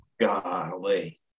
Golly